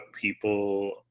people